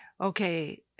okay